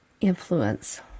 influence